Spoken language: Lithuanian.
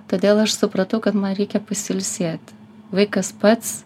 todėl aš supratau kad man reikia pasiilsėti vaikas pats